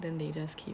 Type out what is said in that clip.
then they just keep